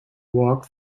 walk